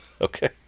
Okay